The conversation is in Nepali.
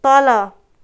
तल